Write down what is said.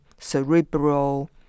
cerebral